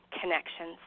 connections